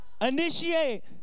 Initiate